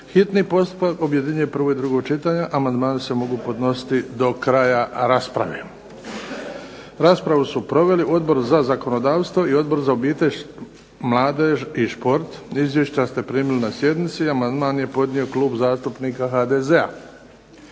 Hitni postupak objedinjuje prvo i drugo čitanje, amandmani se mogu podnositi do kraja rasprave. Raspravu su proveli Odbor za zakonodavstvo i Odbor za obitelj, mladež i šport. Izvješća ste primili na sjednici, amandman je podnio Klub zastupnika HDZ-a.